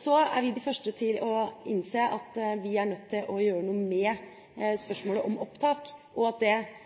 Så er vi de første til å innse at vi er nødt til å gjøre noe med spørsmålet om opptak, og at vi bør gjøre det